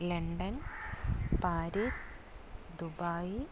London Paris Dubai